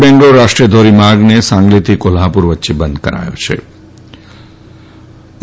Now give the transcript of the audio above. બેંગ્લોર રાષ્ટ્રીય ધોરીમાર્ગને સાંગલીથી કોલ્હાપુર વચ્ચે બંધ કરાયો છે મુંબઈ